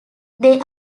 they